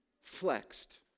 flexed